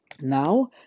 Now